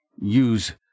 use